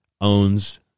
owns